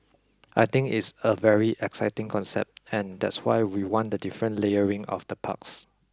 I think it's a very exciting concept and that's why we want the different layering of the parks